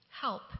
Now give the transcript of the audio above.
Help